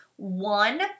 one